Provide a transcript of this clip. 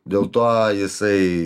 dėl to jisai